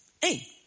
Hey